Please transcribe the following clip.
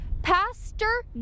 Pastor